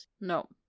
no